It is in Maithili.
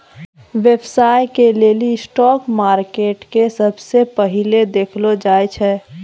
व्यवसाय के लेली स्टाक मार्केट के सबसे पहिलै देखलो जाय छै